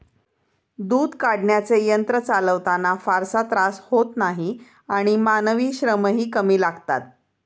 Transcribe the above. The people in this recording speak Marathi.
दूध काढण्याचे यंत्र चालवताना फारसा त्रास होत नाही आणि मानवी श्रमही कमी लागतात